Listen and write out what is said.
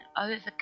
overcome